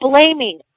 Blaming